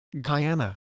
Guyana